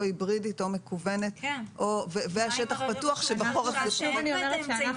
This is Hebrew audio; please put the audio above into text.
היברידית או מקוונת ועל שטח פתוח שבחורף הוא בעיה.